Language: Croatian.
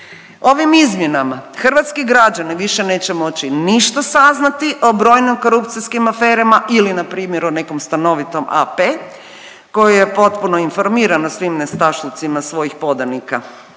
Ovim izmjenama hrvatski građani više neće moći ništa saznati o brojnim korupcijskim aferama ili npr. o nekom stanovitom AP koji je potpuno informiran o svim nestašlucima svojih podanika.